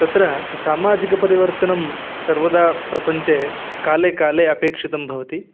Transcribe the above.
तत्र सामाजिकपरिवर्तनं सर्वदा प्रपञ्चे काले काले अपेक्षितं भवति